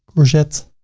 courgette,